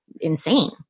insane